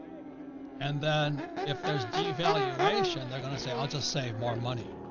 and then if there's devaluation, they're going to say, i'll just save more money,